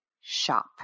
shop